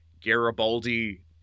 Garibaldi